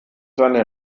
seine